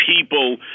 people